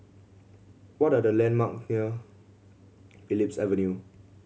what are the landmark near Phillips Avenue